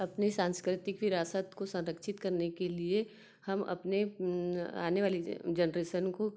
अपनी सांस्कृतिक विरासत को संरक्षित करने के लिए हम अपने आने वाली जेनरेशन को